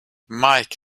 mike